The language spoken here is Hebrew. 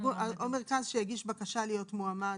"או מרכז שהגיש בקשה להיות מועמד".